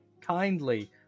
kindly